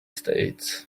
states